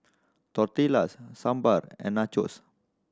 Tortillas Sambar and Nachos